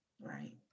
Right